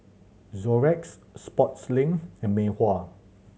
Xorex Sportslink and Mei Hua